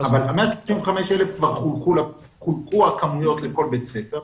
אבל כבר חולקו הכמויות של ה-135,000 חולקו הכמויות לכל בית ספר,